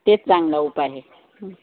तेच चांगलं उपाय आहे